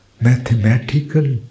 mathematical